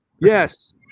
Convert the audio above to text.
Yes